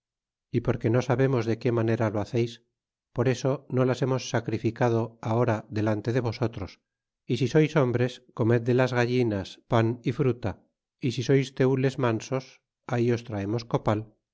y porque no sabemos de qué manera lo haceis por eso no las hemos sacrificado ahora delante de vosotros y si sois hombres comed de las gallinas pan y fruta y si sois tenles mansos ahí os traemos copal